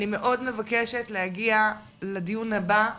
אני מאוד מבקשת להגיע לדיון הבא.